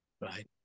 right